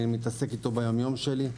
אני מתעסק איתו ביום-יום שלי.